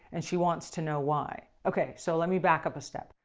and she wants to know why. okay so let me back up a step.